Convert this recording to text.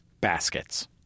Baskets